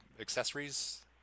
accessories